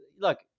look